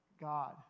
God